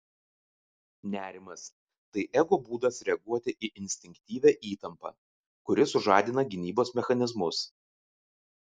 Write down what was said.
nerimas tai ego būdas reaguoti į instinktyvią įtampą kuri sužadina gynybos mechanizmus